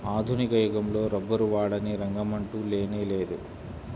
ఆధునిక యుగంలో రబ్బరు వాడని రంగమంటూ లేనేలేదు